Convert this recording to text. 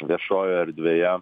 viešojoj erdvėje